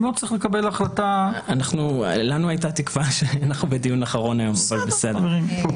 לנו הייתה תקווה שאנחנו היום בדיון אחרון אבל בסדר.